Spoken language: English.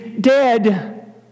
dead